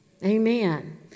Amen